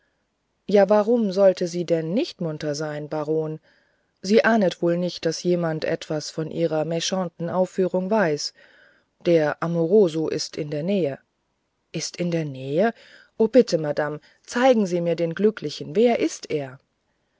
ja warum soll sie denn nicht munter sein baron sie ahnet wohl nicht daß jemand etwas von ihrer meschanten aufführung weiß der amoroso ist in der nähe ist in der nähe o bitte madame zeigen sie mir den glücklichen wer ist er